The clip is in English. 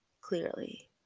clearly